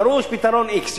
דרוש פתרון x.